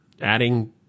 adding